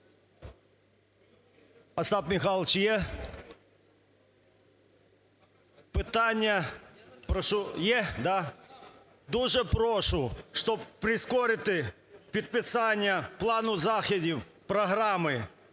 Остап Михайлович є? Питання… Прошу, є, да? Дуже прошу, щоб прискорити підписання плану заходів програми,